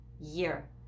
year